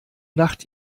nacht